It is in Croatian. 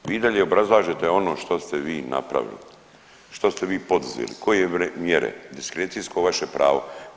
I dalje obrazlažete ono što ste vi napravili, što ste vi poduzeli, koje mjere, diskrecijsko vaše pravo.